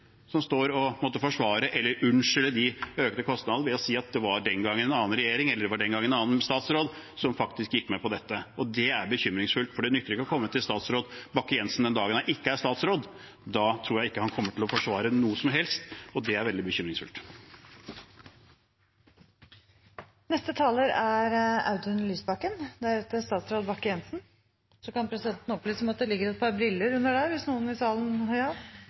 som står og må forsvare eller unnskylde de økte kostnadene ved å si at det var den gangen en annen regjering eller det var den gangen en annen statsråd som faktisk gikk med på dette. Det er bekymringsfullt, for det nytter ikke å komme til statsråd Bakke-Jensen den dagen han ikke er statsråd. Da tror jeg ikke han kommer til å forsvare noe som helst, og det er veldig bekymringsfullt. Det var spørsmålet om kostnadsutvikling knyttet til Evenes som gjorde at jeg også ba om